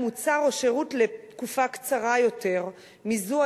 מוצר או שירות לתקופה קצרה יותר מזו